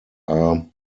are